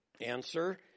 Answer